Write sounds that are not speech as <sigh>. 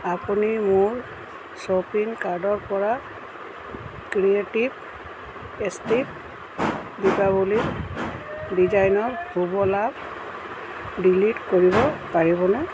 আপুনি মোৰ শ্বপিং কাৰ্ডৰ পৰা ক্ৰিয়েটিভ <unintelligible> দীপাৱলীৰ ডিজাইনাৰ শুভ লাভ ডিলিট কৰিব পাৰিবনে